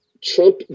trump